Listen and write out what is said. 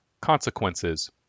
Consequences